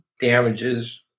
damages